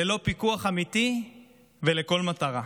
ללא פיקוח אמיתי ולכל מטרה.